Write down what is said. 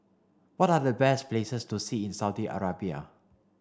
what are the best places to see in Saudi Arabia